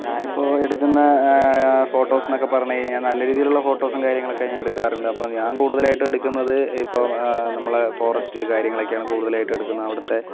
ഞാനിപ്പോൾ എടുക്കുന്ന ഫോട്ടോസ് എന്നൊക്കെ പറഞ്ഞ് കഴിഞ്ഞാൽ നല്ല രീതിയിലുള്ള ഫോട്ടോസും കാര്യങ്ങളുമൊക്ക് ഞാൻ എടുക്കാറുണ്ട് അപ്പോൾ ഞാൻ കൂടുതലായിട്ടും എടുക്കുന്നത് ഇപ്പം നമ്മള് ഫോറസ്റ്റ് കാര്യങ്ങളൊക്കെയാണ് കൂടുതലായിട്ട് എടുക്കുന്നത് അവിടുത്തെ